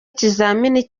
ikizamini